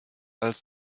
als